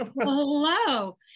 Hello